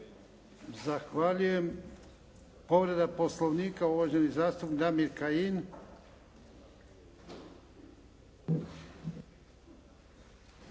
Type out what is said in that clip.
Zahvaljujem. Povreda Poslovnika uvaženi zastupnik Damir Kajin.